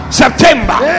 september